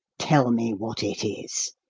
tell me what it is.